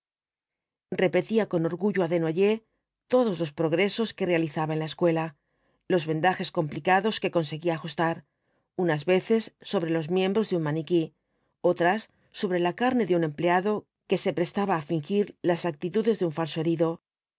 repetía con orgullo á desnoyers todos los progresos que realizaba en la escuela los vendajes complicados que conseguía ajustar unas veces sobre los miembros de un maniquí otras sobre la carne de un empleado que se prestaba á fingir las actitudes de un falso herido